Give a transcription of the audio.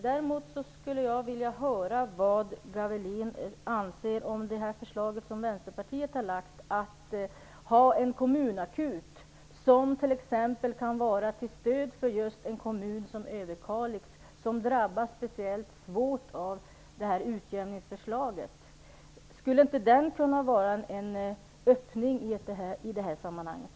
Jag skulle vilja höra vad Torsten Gavelin anser om det förslag som Vänsterpartiet har lagt, att ha en kommunakut som t.ex. kan vara till stöd för just en kommun som Överkalix som drabbas speciellt svårt av utjämningsförslaget. Skulle inte förslaget kunna vara en öppning i det här sammanhanget?